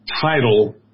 title